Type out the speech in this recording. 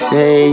Say